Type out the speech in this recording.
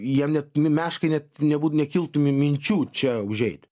jiem net me meškai net nebūt nekiltų mi minčių čia užeit